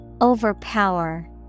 Overpower